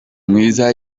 mwiza